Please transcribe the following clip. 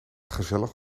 gezellig